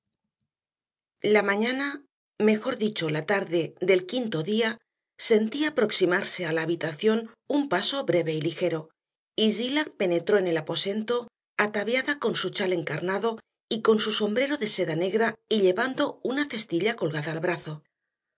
la mañana mejor dicho la tarde del quinto día sentí aproximarse a la habitación un paso breve y ligero y zillah penetró en el aposento ataviada con su chal encarnado y con su sombrero de seda negra y llevando una cestilla colgada al brazo